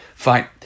Fine